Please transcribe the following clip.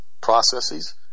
processes